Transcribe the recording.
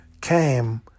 came